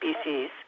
species